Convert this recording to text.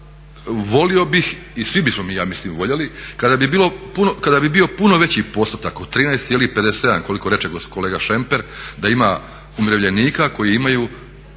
tome volio bih i svi bismo mi ja mislim voljeli kada bi bio puno veći postotak od 13,57 koliko reče kolega Šemper da ima umirovljenika koji imaju